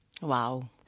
Wow